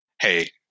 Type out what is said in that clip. Hey